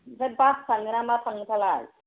ओमफ्राय बास थाङोना मा थाङो